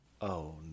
Oh